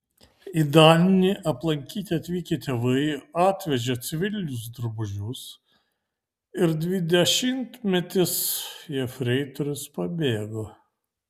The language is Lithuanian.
į dalinį aplankyti atvykę tėvai atvežė civilinius drabužius ir dvidešimtmetis jefreitorius pabėgo